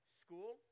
school